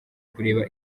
kureba